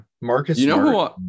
Marcus